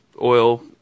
oil